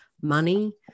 money